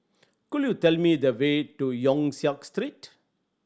could you tell me the way to Yong Siak Street